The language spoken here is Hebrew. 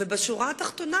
בשורה התחתונה,